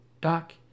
Doc